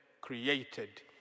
created